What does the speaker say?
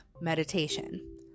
meditation